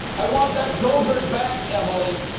i want that gogurt back, emily!